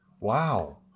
Wow